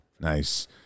nice